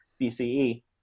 BCE